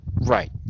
Right